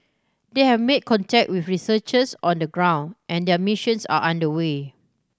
they have made contact with researchers on the ground and their missions are under way